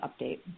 update